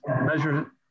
measure